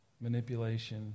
manipulation